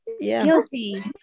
Guilty